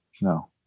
no